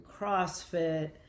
CrossFit